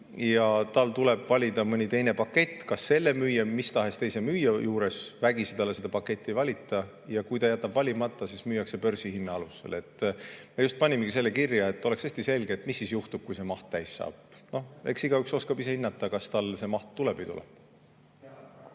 ja tal tuleb valida mõni teine pakett kas selle müüja või mis tahes teise müüja juures. Vägisi talle seda paketti ei valita. Ja kui ta jätab valimata, siis müüakse börsihinna alusel. Me panime selle kirja, et oleks hästi selge, mis siis juhtub, kui see maht täis saab. Noh, eks igaüks oskab ise hinnata, kas tal see maht tuleb või